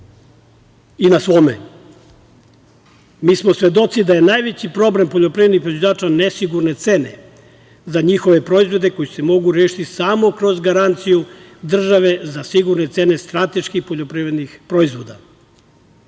i na svome. Mi smo svedoci da je najveći problem poljoprivrednih proizvođača nesigurne cene za njihove proizvode koji se mogu rešiti samo kroz garanciju države za sigurne cene strateških poljoprivrednih proizvoda.